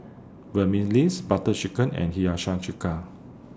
Butter Chicken and Hiyashi Chuka